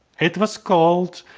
it was cold,